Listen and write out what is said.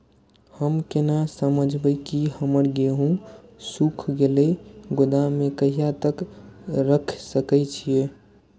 हम केना समझबे की हमर गेहूं सुख गले गोदाम में कहिया तक रख सके छिये?